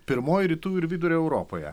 pirmoji rytų ir vidurio europoje